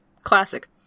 Classic